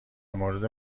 مورد